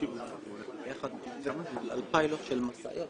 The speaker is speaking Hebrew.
לאובדן זמן הוא סדר גודל של 25 מיליארד שקל,